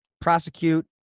prosecute